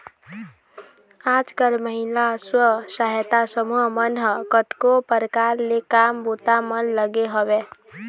आजकल महिला स्व सहायता समूह मन ह कतको परकार ले काम बूता म लगे हवय